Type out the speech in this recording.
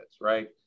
right